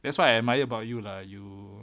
that's why I admire about you lah you